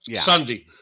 Sunday